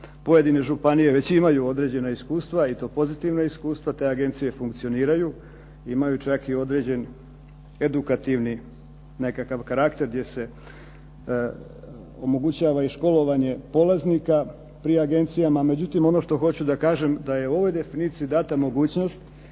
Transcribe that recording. Pojedine županije već imaju određena iskustva i to pozitivna iskustva. Te agencije funkcioniraju. Imaju čak i određen edukativni nekakav karakter gdje se omogućava i školovanje polaznika pri agencijama. Međutim, ono što hoću da kažem da je ovoj definiciji dana mogućnost